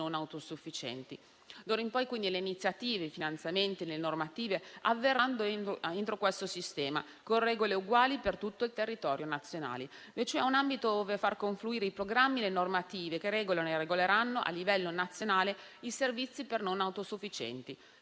non autosufficienti. D'ora in poi, quindi, le iniziative, i finanziamenti e le normative avverranno entro questo sistema, con regole uguali per tutto il territorio nazionale. Si tratta, cioè, di un ambito in cui far confluire i programmi e le normative che regolano e regoleranno a livello nazionale i servizi per non autosufficienti.